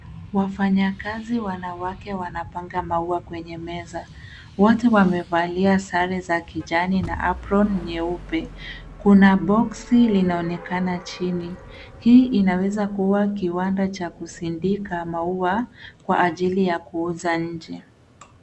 Wafanyakazi wanawake wanapanga maua kwenye meza. Wote wamevalia sare za kijani na aproni nyeupe. Kuna boksi linaonekana chini. Hii inaweza kuwa kiwanda cha kusindika maua kwa ajili ya kuuza nje.